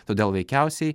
todėl veikiausiai